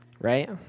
right